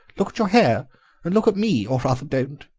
look at your hair and look at me! or rather, don't.